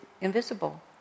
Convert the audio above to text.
invisible